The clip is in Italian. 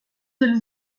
del